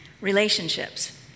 Relationships